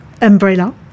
umbrella